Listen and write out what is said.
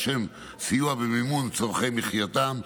לשם סיוע במימון צורכי מחייתם.